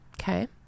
Okay